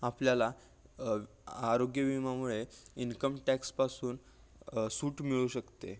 आपल्याला आरोग्य विमामुळे इन्कम टॅक्सपासून सूट मिळू शकते